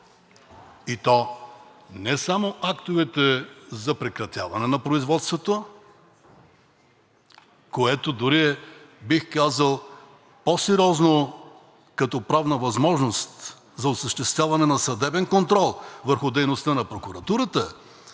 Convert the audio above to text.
и то не само актовете за прекратяване на производството, което дори е, бих казал, по-сериозно като правна възможност за осъществяване на съдебен контрол върху дейността на прокуратурата,